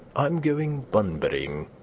i'm going bunburying.